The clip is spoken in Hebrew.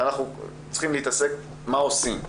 אנחנו צריכים לעסוק במה עושים,